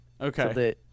Okay